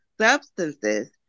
substances